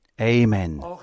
Amen